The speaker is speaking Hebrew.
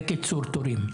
בקיצור, תורים.